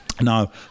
Now